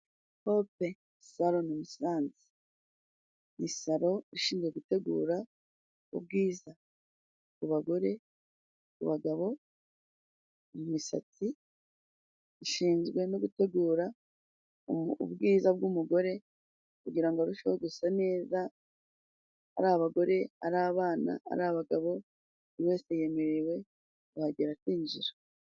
pope saloni musanze, ni salo ishinzwe gutegura ubwiza ku bagore, bagabo, imisatsi, ushinzwe no gutegura ubwiza bw'umugore kugirango arusheho gusa neza, ari abagore ari abana, ari abagabo buri wese yemerewe kuhagera akiinjira.